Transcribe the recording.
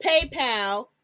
paypal